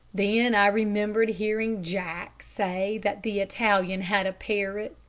then i remembered hearing jack say that the italian had a parrot.